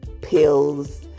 pills